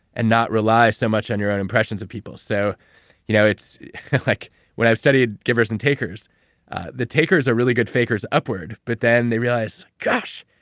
and not rely so much on your own impressions of people. so you know like when i studied givers and takers the takers are really good fakers upward, but then, they realize, gosh,